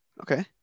Okay